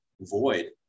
void